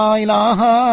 ilaha